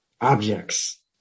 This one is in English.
objects